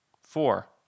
Four